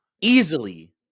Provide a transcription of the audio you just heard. Easily